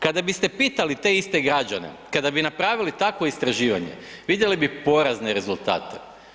Kada biste pitali te iste građane, kada bi napravili takvo istraživanje vidjeli bi porazne rezultate.